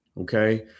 okay